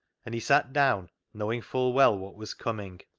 and he sat down, knowing full well what was coming.